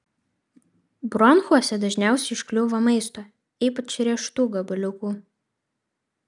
bronchuose dažniausiai užkliūva maisto ypač riešutų gabaliukų